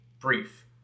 brief